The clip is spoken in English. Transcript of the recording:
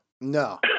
No